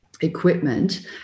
equipment